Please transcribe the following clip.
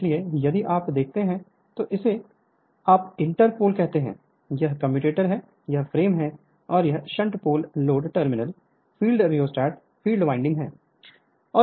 इसलिए यदि आप देखते हैं तो इसे आप इंटर पोल कहते हैं यह कम्यूटेटर है यह फ्रेम है और यह shunt pole load terminal field rheostat field winding है